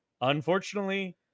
Unfortunately